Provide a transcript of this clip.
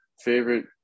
favorite